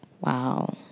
Wow